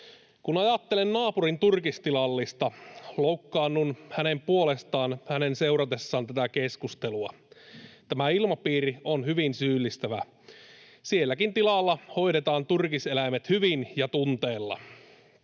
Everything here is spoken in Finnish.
Kun ajattelen naapurin turkistilallista, loukkaannun hänen puolestaan hänen seuratessaan tätä keskustelua. Tämä ilmapiiri on hyvin syyllistävä. Sielläkin tilalla hoidetaan turkiseläimet hyvin ja tunteella.